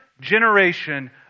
generation